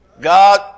God